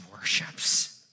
worships